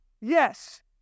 yes